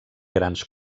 grans